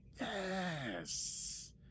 Yes